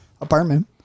apartment